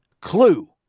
clue